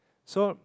so